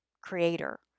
creator